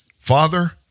Father